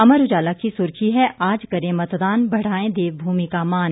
अमर उजाला की सुर्खी है आज करें मतदान बढ़ाएं देवभूमि का मान